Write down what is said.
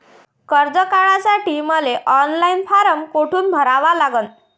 कर्ज काढासाठी मले ऑनलाईन फारम कोठून भरावा लागन?